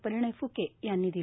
परिणय फुके यांनी दिल्या